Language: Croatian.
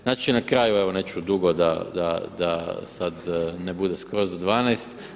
Znači na kraju evo neću dugo da sad ne bude skroz do 12.